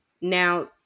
Now